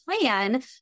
plan